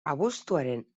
abuztuaren